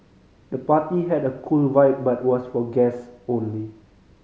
the party had a cool vibe but was for guests only